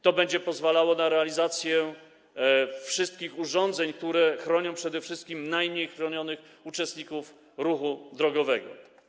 To będzie pozwalało na realizację wszystkich urządzeń, które chronią przede wszystkim najmniej chronionych uczestników ruchu drogowego.